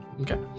Okay